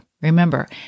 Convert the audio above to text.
Remember